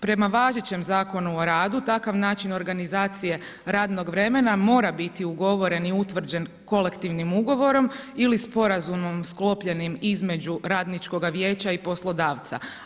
Prema važećem Zakonu o radu takav način organizacije radnog vremena mora biti ugovoren i utvrđen kolektivnim ugovorom ili sporazumom sklopljenim između radničkoga vijeća i poslodavca.